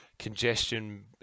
congestion